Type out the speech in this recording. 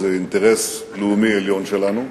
זה אינטרס לאומי עליון שלנו.